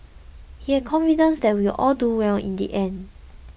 he had confidence that we all do well in the end